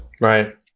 Right